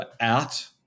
out